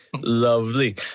Lovely